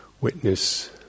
witness